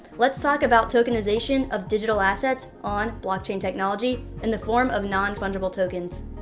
let's talk about tokenization of digital assets on blockchain technology in the form of non-fungible tokens.